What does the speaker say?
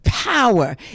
Power